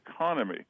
economy